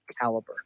Caliber